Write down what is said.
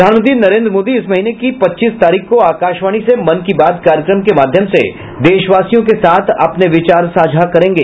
प्रधानमंत्री नरेन्द्र मोदी इस महीने की पच्चीस तारीख को आकाशवाणी से मन की बात कार्यक्रम के माध्यम से देशवासियों के साथ अपने विचार साझा करेंगे